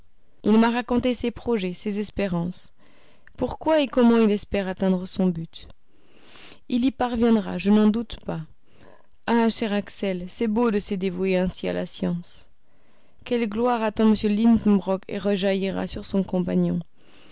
il m'a raconté ses projets ses espérances pourquoi et comment il espère atteindre son but il y parviendra je n'en doute pas ah cher axel c'est beau de se dévouer ainsi à la science quelle gloire attend m lidenbrock et rejaillira sur son compagnon